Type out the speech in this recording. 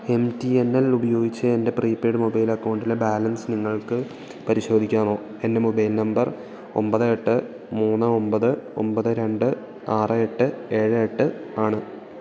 M T N L ഉപയോഗിച്ച് എൻ്റെ prepaid mobile അക്കൗണ്ടിലെ ബാലൻസ് നിങ്ങൾക്ക് പരിശോധിക്കാമോ എൻ്റെ മൊബൈൽ നമ്പർ ഒമ്പത് എട്ട് മൂന്ന് ഒമ്പത് ഒമ്പത് രണ്ട് ആറ് എട്ട് ഏഴ് എട്ട് ആണ്